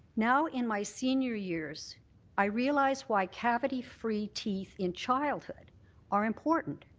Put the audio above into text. now in my senior years i realize why cavity-free teeth in childhood are important.